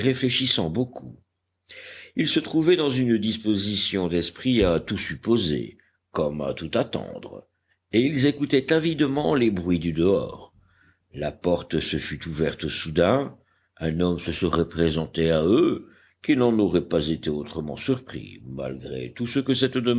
réfléchissant beaucoup ils se trouvaient dans une disposition d'esprit à tout supposer comme à tout attendre et ils écoutaient avidement les bruits du dehors la porte se fût ouverte soudain un homme se serait présenté à eux qu'ils n'en auraient pas été autrement surpris malgré tout ce que cette